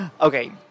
Okay